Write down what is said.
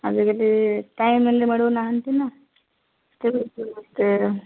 ଆଜିକାଲି ଟାଇମ୍ ହେଲେ ମିଳୁନାହାନ୍ତି ନା ସେବେ